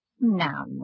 Now